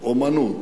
אמנות,